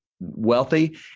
wealthy